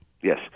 Yes